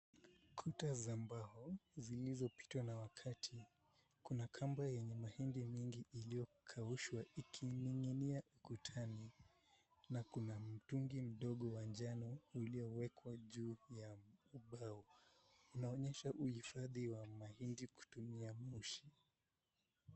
Kuta za mbao zilizopitwa na wakati. Kuna kamba ya mahindi nyingi iliyokaushwa, ikining'inia ukutani, na kuna mtungi wa njano uliowekwa juu ya ubao. Unaonyesha uhifadhi wa mahindi kutumia moshi.